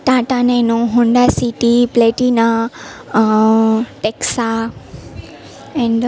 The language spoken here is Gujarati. Tata Nano Honda City Platina ટેક્સા એન્ડ